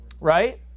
right